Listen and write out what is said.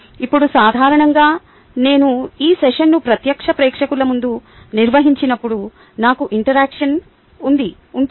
ఇప్పుడు సాధారణంగా నేను ఈ సెషన్ను ప్రత్యక్ష ప్రేక్షకుల ముందు నిర్వహించినప్పుడు నాకు ఇంటరాక్షన్ఉంటుంది